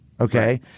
Okay